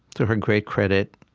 to her great credit,